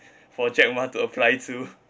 for jack ma to apply to